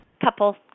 couple